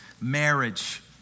marriage